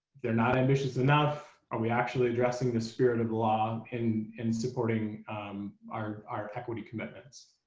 they're not ambitious enough. are we actually addressing the spirit of law um in in supporting our our equity commitments?